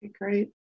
Great